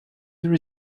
there